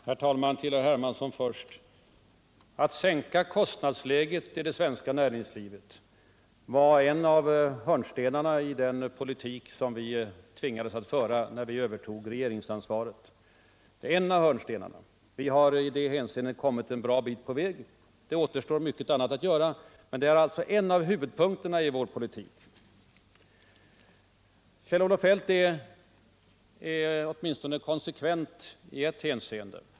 Herr talman! Först några ord till herr Hermansson. Att sänka kostnadsläget i det svenska näringslivet är ex av hörnstenarna I den politik som vi tvingades att föra, när vi Övertog regeringsansvaret. Vi har i det hänseendet kommit ett gott stycke på väg. Det återstår mycket annat att göra. Men det har varit och är en av huvudpunkterna i vår politik. Kjell-Olof Feldt är åtminstone konsekvent i ett hänseende.